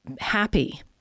happy